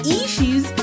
issues